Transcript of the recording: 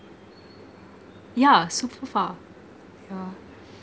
yeah super far yeah